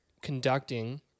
conducting